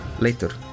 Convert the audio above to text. Later